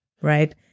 right